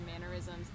mannerisms